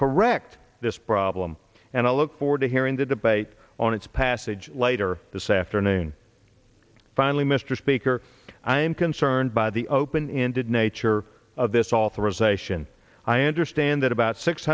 correct this problem and i look forward to hearing the debate on its passage later this afternoon finally mister iker i am concerned by the open ended nature of this authorization i understand that about six